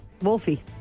Wolfie